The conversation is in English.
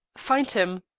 find him.